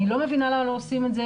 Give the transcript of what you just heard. אני לא מבינה למה לא עושים את זה.